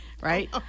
right